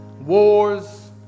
Wars